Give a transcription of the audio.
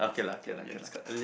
ya you have this card